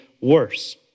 worse